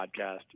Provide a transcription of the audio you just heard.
podcast